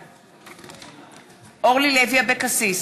בעד אורלי לוי אבקסיס,